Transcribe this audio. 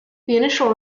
initial